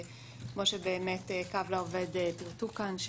כמו ש"קו לעובד" פירטו כאן,